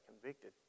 convicted